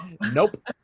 Nope